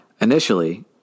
Initially